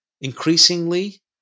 increasingly